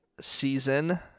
season